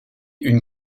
une